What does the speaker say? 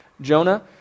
Jonah